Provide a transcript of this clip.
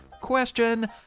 Question